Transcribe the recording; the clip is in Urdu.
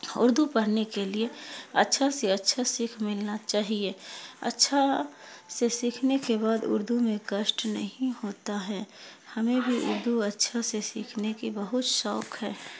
اردو پڑھنے کے لیے اچھا سے اچھا سیکھ ملنا چاہیے اچھا سے سیکھنے کے بعد اردو میں کشٹ نہیں ہوتا ہے ہمیں بھی اردو اچھا سے سیکھنے کی بہت شوق ہے